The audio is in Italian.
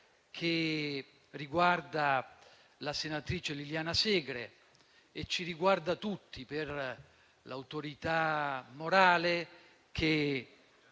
che riguarda la senatrice Liliana Segre e ci riguarda tutti per l'autorità morale che